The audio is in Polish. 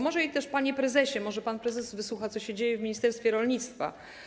Może też: panie prezesie, bo może pan prezes wysłucha, co się dzieje w ministerstwie rolnictwa.